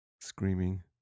Screaming